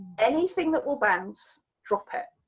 anything that will bounce drop it.